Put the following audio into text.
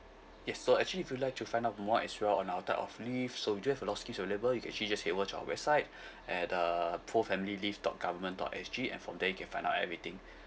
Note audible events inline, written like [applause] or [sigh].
yes so actually if you'd like to find out more as well on our type of leaves so we do have a lot of schemes available you can actually just head over to our website [breath] at uh pro family leave dot government dot S G and from there you can find out everything